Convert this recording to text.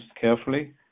carefully